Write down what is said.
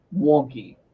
wonky